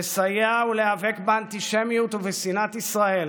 לסייע להיאבק באנטישמיות ובשנאת ישראל